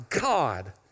God